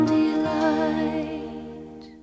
delight